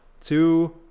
Two